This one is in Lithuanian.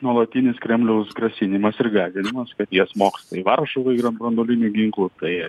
nuolatinis kremliaus grasinimas ir gąsdinimas kad jie smoks tai varšuvai ir ant branduoliniu ginklu tai